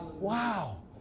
Wow